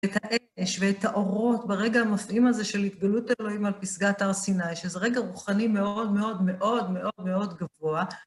את האש ואת האורות ברגע המפעים הזה של התגלות אלוהים על פסגת הר סיני, שזה רגע רוחני מאוד מאוד מאוד מאוד מאוד גבוה.